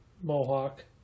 Mohawk